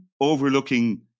overlooking